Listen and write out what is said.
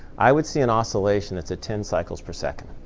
i would see an oscillation that's at ten cycles per second.